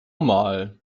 mal